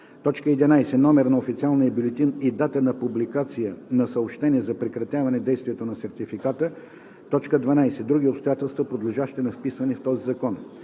11. номер на официалния бюлетин и дата на публикация на съобщение за прекратяване действието на сертификата; 12. други обстоятелства, подлежащи на вписване по този закон.